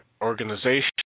organization